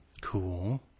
Cool